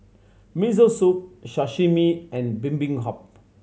Miso Soup Sashimi and Bibimbap